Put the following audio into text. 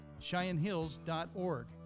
CheyenneHills.org